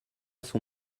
son